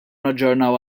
naġġornaw